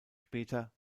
später